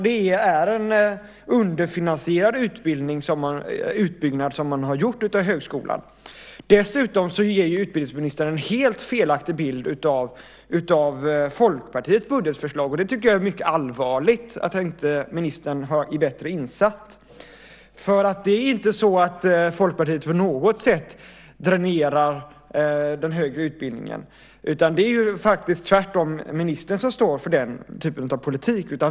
Det är en underfinansierad utbyggnad som man har gjort av högskolan. Dessutom ger utbildningsministern en helt felaktig bild av Folkpartiets budgetförslag. Jag tycker att det är mycket allvarligt att ministern inte är bättre insatt. Folkpartiet dränerar inte på något sätt den högre utbildningen. Det är tvärtom ministern som står för den typen av politik.